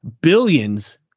billions